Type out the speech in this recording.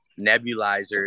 nebulizers